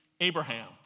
Abraham